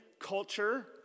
culture